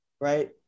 right